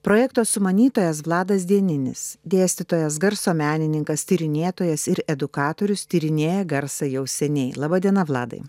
projekto sumanytojas vladas dieninis dėstytojas garso menininkas tyrinėtojas ir edukatorius tyrinėja garsą jau seniai laba diena vladai